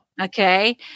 Okay